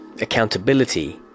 accountability